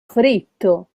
fritto